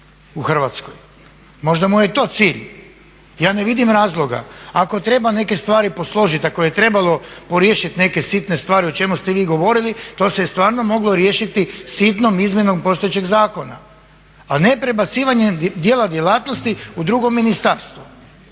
u Hrvatskoj, možda mu je to cilj. Ja ne vidim razloga. Ako treba neke stvari posložiti, ako je trebalo riješiti neke sitne stvari o čemu ste vi govorili to se stvarno moglo riješiti sitnom izmjenom postojećeg zakona a ne prebacivanjem dijela djelatnosti u drugo ministarstvo